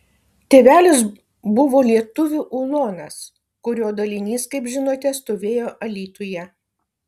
tėvelis buvo lietuvių ulonas kurio dalinys kaip žinote stovėjo alytuje